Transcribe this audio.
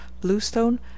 bluestone